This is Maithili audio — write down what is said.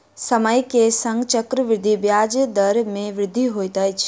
समय के संग चक्रवृद्धि ब्याज दर मे वृद्धि होइत अछि